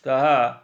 ତାହା